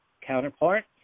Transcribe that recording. counterpart